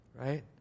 right